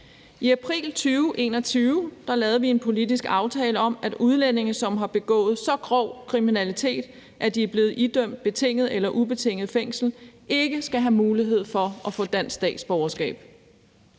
I april 2021 lavede vi en politisk aftale om, at udlændinge, som har begået så grov kriminalitet, at de er blevet idømt betinget eller ubetinget fængsel, ikke skal have mulighed for at få dansk statsborgerskab.